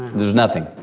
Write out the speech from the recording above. just nothing.